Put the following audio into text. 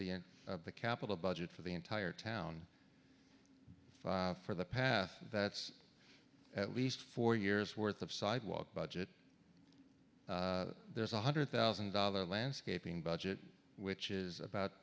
the end of the capital budget for the entire town for the path that's at least four years worth of sidewalk budget there's a hundred thousand dollar landscaping budget which is about